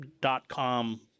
dot-com